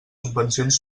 subvencions